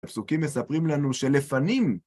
הפסוקים מספרים לנו שלפנים